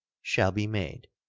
shall be made.